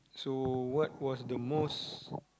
so what was the most